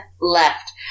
left